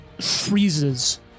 freezes